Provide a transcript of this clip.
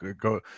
go